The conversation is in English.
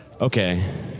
Okay